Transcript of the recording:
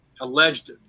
alleged